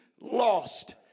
lost